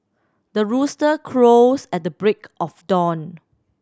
the rooster crows at the break of dawn